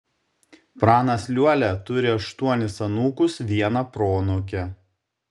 pranas liuolia turi aštuonis anūkus vieną proanūkę